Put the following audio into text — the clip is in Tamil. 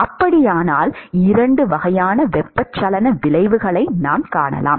அப்படியானால் 2 வகையான வெப்பச்சலன விளைவுகளை நாம் காணலாம்